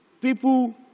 People